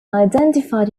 identified